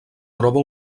troba